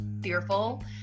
fearful